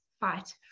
fight